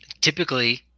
typically